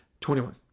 21